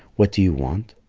what do you want?